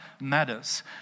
matters